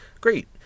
Great